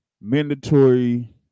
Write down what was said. mandatory